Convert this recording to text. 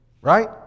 right